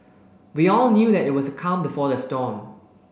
we all knew that it was the calm before the storm